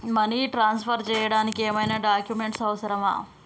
Money transfer చేయడానికి ఏమైనా documents అవసరమా?